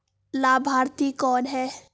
लाभार्थी कौन है?